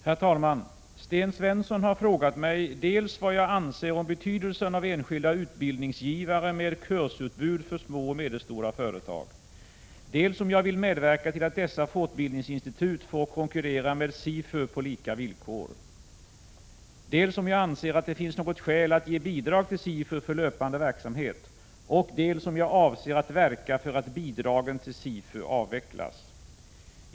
Herr talman! Sten Svensson har frågat mig dels vad jag anser om betydelsen av enskilda utbildningsgivare med kursutbud för små och medelstora företag, dels om jag vill medverka till att dessa fortbildningsinstitut får konkurrera med SIFU på lika villkor, dels om jag anser att det finns något skäl att ge bidrag till SIFU för löpande verksamhet, dels om jag avser att verka för att bidragen till SIFU avvecklas.